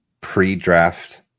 pre-draft